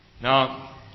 Now